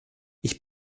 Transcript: ich